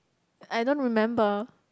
I don't remember